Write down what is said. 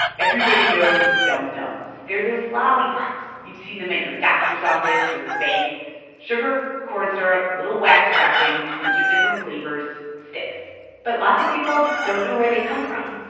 everybody knows dum dums. they're those lollipops. lollipops. you've seen them at your doctor's office or your bank sugar, corn syrup, little wax wrapping, bunch of different flavors, sticks but lots of people don't know where they come from